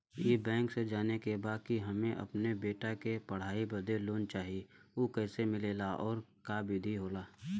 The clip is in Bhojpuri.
ई बैंक से जाने के बा की हमे अपने बेटा के पढ़ाई बदे लोन चाही ऊ कैसे मिलेला और का विधि होला?